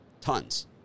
Tons